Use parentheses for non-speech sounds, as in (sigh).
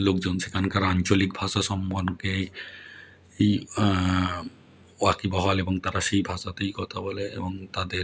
লোকজন সেখানকার আঞ্চলিক ভাষা (unintelligible) ই ওয়াকিবহাল এবং তারা সেই ভাষাতেই কথা বলে এবং তাদের